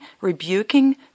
rebuking